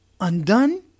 undone